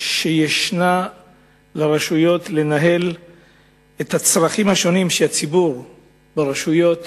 שיש לרשויות בניהול הצרכים השונים שהציבור ברשויות